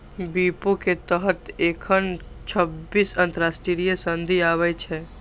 विपो के तहत एखन छब्बीस अंतरराष्ट्रीय संधि आबै छै